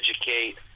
educate